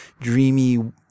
dreamy